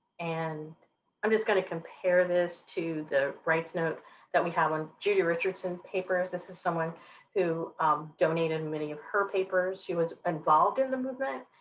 and i'm just going to compare this to the rights note that we have on judy richardson papers. this is someone who donated many of her papers. she was involved in the movement,